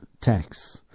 tax